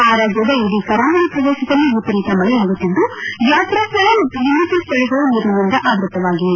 ಆ ರಾಜ್ಯದ ಇಡೀ ಕರಾವಳಿ ಪ್ರದೇಶದಲ್ಲಿ ವಿಪರೀತ ಮಳೆಯಾಗುತ್ತಿದ್ದು ಯಾತಾ ಸ್ಥಳ ಮತ್ತು ಇನ್ನಿತರ ಸ್ಥಳಗಳು ನೀರಿನಿಂದ ಆವೃತವಾಗಿವೆ